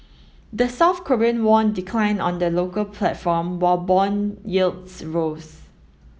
the South Korean won declined on the local platform while bond yields rose